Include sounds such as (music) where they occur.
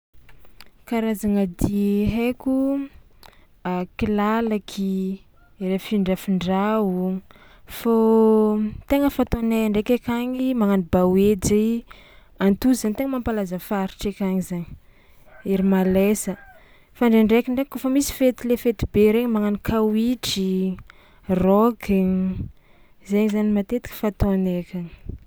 Karazagna dihy haiko: a kilalaky, afery afindrafindrao fô tegna fataonay ndraiky akagny magnano bahoejy, antosy zany tegna mampalaza faritra akagny zany, (noise) ery malesa, fa ndraindraiky ndraiky kaofa misy fety le fety be regny magnano kawitry, rock, zay zany matetika fataonay akagny.